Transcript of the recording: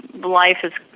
life is,